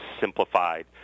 simplified